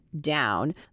down